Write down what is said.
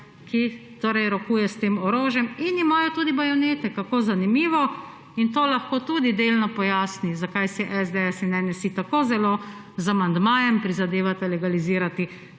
ki rokuje s tem orožjem in imajo tudi bajonete. Kako zanimivo! In to lahko tudi delno pojasni, zakaj si SDS in NSi tako zelo z amandmajem prizadevata legalizirati